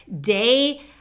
day